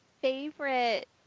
favorite